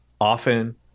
often